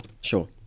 Sure